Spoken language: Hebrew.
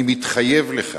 אני מתחייב לך